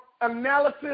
analysis